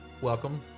Welcome